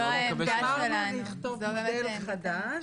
מאוד מקווה --- גמרנו לכתוב מודל חדש.